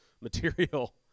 material